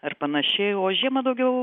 ar panašiai o žiemą daugiau